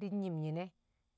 di̱ nnyi̱m nyi̱ne̱